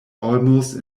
almost